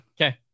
Okay